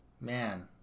man